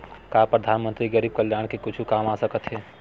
का परधानमंतरी गरीब कल्याण के कुछु काम आ सकत हे